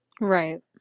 Right